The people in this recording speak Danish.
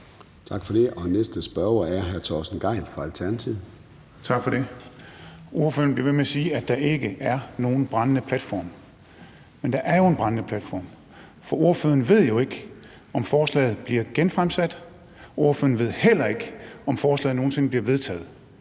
Tak for det. Næste spørger er hr. Torsten Gejl fra Alternativet. Kl. 13:45 Torsten Gejl (ALT): Tak for det. Ordføreren bliver ved med at sige, at der ikke er nogen brændende platform. Men der er jo en brændende platform, for ordføreren ved jo ikke, om forslaget bliver genfremsat. Ordføreren ved heller ikke, om forslaget nogen sinde bliver vedtaget.